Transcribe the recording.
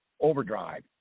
overdrive